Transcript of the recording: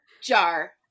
Jar